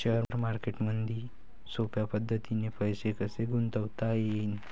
Share मार्केटमधी सोप्या पद्धतीने पैसे कसे गुंतवता येईन?